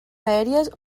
aèries